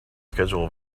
schedule